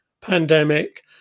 pandemic